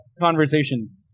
conversation